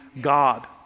God